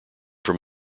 from